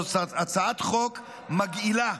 זו הצעת חוק מגעילה.